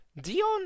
Dion